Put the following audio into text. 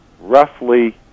roughly